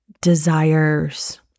desires